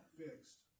fixed